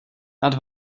nad